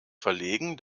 verlegen